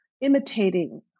imitating